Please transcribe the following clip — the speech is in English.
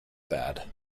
bad